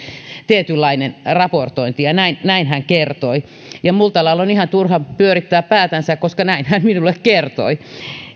tietynlainen raportointi näin hän kertoi ja multalan on ihan turha pyörittää päätänsä koska näin hän minulle kertoi